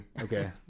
Okay